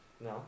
No